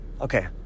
Okay